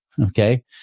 Okay